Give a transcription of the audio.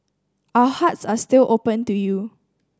our hearts are still open to you